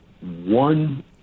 one